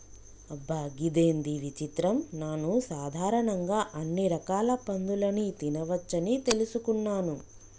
అబ్బ గిదేంది విచిత్రం నాను సాధారణంగా అన్ని రకాల పందులని తినవచ్చని తెలుసుకున్నాను